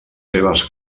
seves